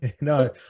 No